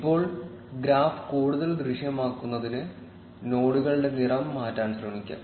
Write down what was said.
ഇപ്പോൾ ഗ്രാഫ് കൂടുതൽ ദൃശ്യമാക്കുന്നതിന് നോഡുകളുടെ നിറം മാറ്റാൻ ശ്രമിക്കാം